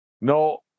no